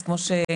אז כמו שאמרתי,